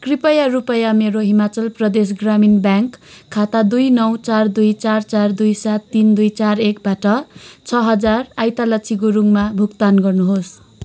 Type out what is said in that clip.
कृपया रुपैयाँ मेरो हिमाचल प्रदेश ग्रामीण ब्याङ्क खाता दुई नौ चार दुई चार चार दुई सात तिन दुई चार एकबाट छ हजार ऐतलक्षी गुरुङमा भुक्तान गर्नुहोस्